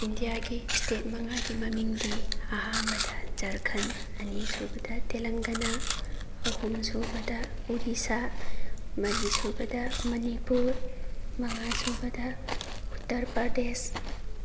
ꯏꯟꯗꯤꯌꯥꯒꯤ ꯏꯁꯇꯦꯠ ꯃꯉꯥꯒꯤ ꯃꯃꯤꯡꯗꯤ ꯑꯍꯥꯟꯕꯗ ꯖꯔꯈꯟ ꯑꯅꯤꯁꯨꯕꯗ ꯇꯦꯂꯪꯒꯅꯥ ꯑꯍꯨꯝꯁꯨꯕꯗ ꯎꯔꯤꯁꯥ ꯃꯔꯤꯁꯨꯕꯗ ꯃꯅꯤꯄꯨꯔ ꯃꯉꯥꯁꯨꯕꯗ ꯎꯇꯔ ꯄ꯭ꯔꯗꯦꯁ